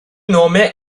nome